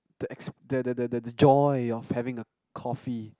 the the the the the the joy of having a coffee